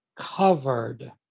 covered